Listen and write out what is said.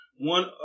one